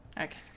okay